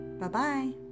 Bye-bye